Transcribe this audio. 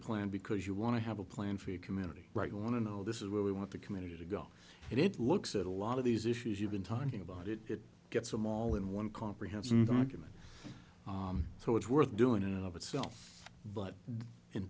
plan because you want to have a plan for your community right you want to know this is where we want the community to go and it looks at a lot of these issues you've been talking about it it gets them all in one comprehensive the argument so it's worth doing in and of itself but in